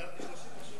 פיזרתי 30 רשויות.